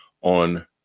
on